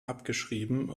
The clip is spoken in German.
abgeschrieben